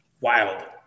Wild